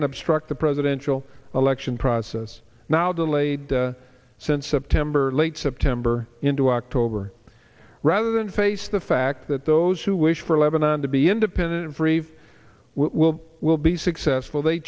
obstruct the presidential election process now delayed since september late september into october rather than face the fact that those who wish for lebanon to be independent free will will be successful they